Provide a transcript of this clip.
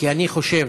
כי אני חושב